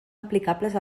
aplicables